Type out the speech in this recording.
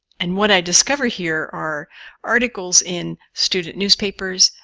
and what i discover here are articles in student newspapers,